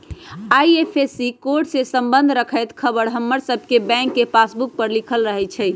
IFSC code से संबंध रखैत ख़बर हमर सभके बैंक के पासबुक पर लिखल रहै छइ